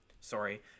sorry